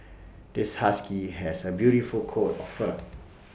this husky has A beautiful coat of fur